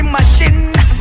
Machine